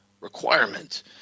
requirement